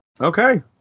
Okay